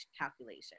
calculation